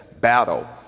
battle